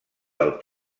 del